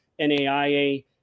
NAIA